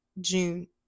June